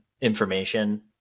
information